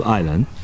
island